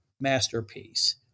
Masterpiece